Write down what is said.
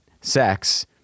sex